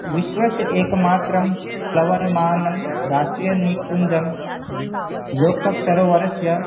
विश्वस्य एकमात्रं गर्वमानं राष्ट्रियनिकुञ्जं लोक्तक् सरोवरस्य